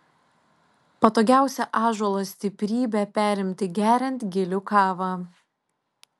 patogiausia ąžuolo stiprybę perimti geriant gilių kavą